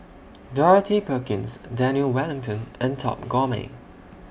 Dorothy Perkins Daniel Wellington and Top Gourmet